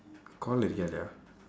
call together